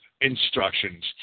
instructions